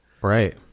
Right